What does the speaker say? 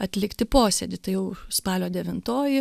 atlikti posėdį tai jau spalio devintoji